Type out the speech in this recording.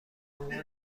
مامانم